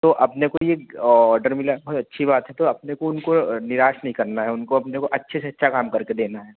तो अपने को यह आर्डर मिला हमें अच्छी बात है तो अपने को उनको निराश नहीं करना है उनको अपको अच्छे से अच्छा काम कर के देना है